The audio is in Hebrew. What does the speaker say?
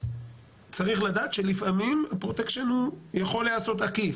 צריך לדעת שלפעמים פרוטקשן הוא יכול להיעשות עקיף,